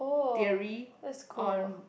theory on